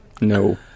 No